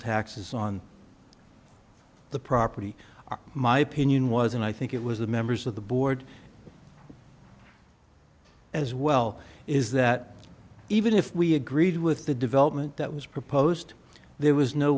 taxes on the property are my opinion was and i think it was the members of the board as well is that even if we agreed with the development that was proposed there was no